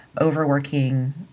overworking